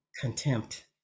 contempt